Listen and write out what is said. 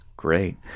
Great